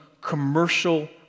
commercial